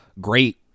great